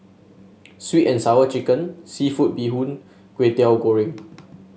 sweet and Sour Chicken seafood Bee Hoon Kway Teow Goreng